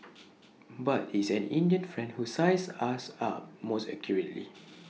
but IT is an Indian friend who sized us up most accurately